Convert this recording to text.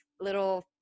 little